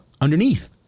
underneath